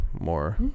more